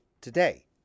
today